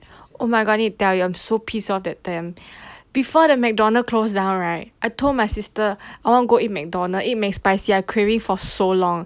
oh my god I need to tell you I so piss off that time before the mcdonald's closed down right I told my sister I wanna go eat mcdonald I eat mcspicy I craving for so long